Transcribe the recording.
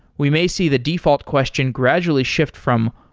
we may see the default question gradually shift from,